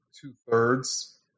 two-thirds